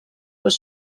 was